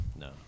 No